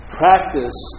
practice